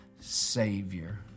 Savior